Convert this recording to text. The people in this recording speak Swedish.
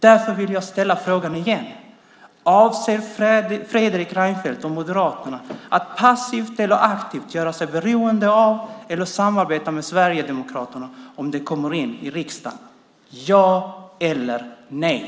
Därför vill jag igen ställa frågan: Avser Fredrik Reinfeldt och Moderaterna att passivt eller aktivt göra sig beroende av eller samarbeta med Sverigedemokraterna om de kommer in i riksdagen - ja eller nej?